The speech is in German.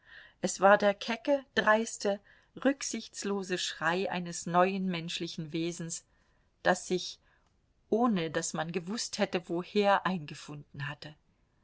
es war der kecke dreiste rücksichtslose schrei eines neuen menschlichen wesens das sich ohne daß man gewußt hätte woher eingefunden hatte